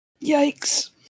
Yikes